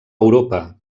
europa